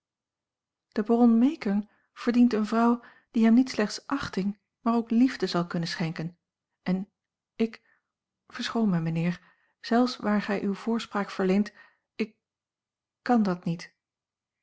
de baron meekern verdient eene vrouw die hem niet slechts achting maar ook liefde zal kunnen schenken en ik verschoon mij mijnheer zelfs waar gij uwe voorspraak verleent ik kan dat niet